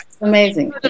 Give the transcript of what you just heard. Amazing